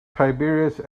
tiberius